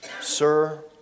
Sir